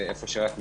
איפה שרק ניתן.